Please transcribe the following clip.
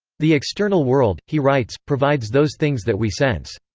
the external world, he writes, provides those things that we sense.